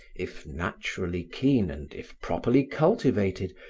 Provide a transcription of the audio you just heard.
if naturally keen and if properly cultivated,